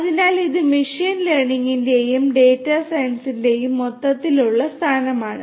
അതിനാൽ ഇത് മെഷീൻ ലേണിംഗിന്റെയും ഡാറ്റ സയൻസിന്റെയും മൊത്തത്തിലുള്ള സ്ഥാനമാണ്